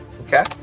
Okay